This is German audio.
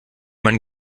man